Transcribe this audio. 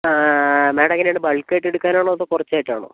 madam എങ്ങനെയാണ് ബാൾക്കായിട്ട് എടുക്കാനാണോ അതോ കുറച്ചായിട്ടാണോ